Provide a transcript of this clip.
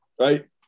right